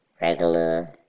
regular